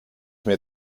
mehr